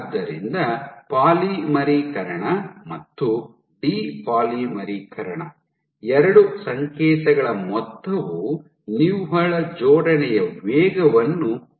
ಆದ್ದರಿಂದ ಪಾಲಿಮರೀಕರಣ ಮತ್ತು ಡಿ ಪಾಲಿಮರೀಕರಣ ಎರಡು ಸಂಕೇತಗಳ ಮೊತ್ತವು ನಿವ್ವಳ ಜೋಡಣೆಯ ವೇಗವನ್ನು ನೀಡುತ್ತದೆ